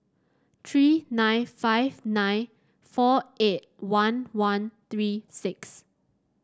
three nine five nine four eight one one three six